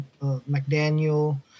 McDaniel